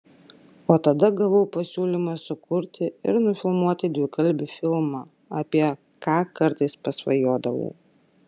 o tada gavau pasiūlymą sukurti ir nufilmuoti dvikalbį filmą apie ką kartais pasvajodavau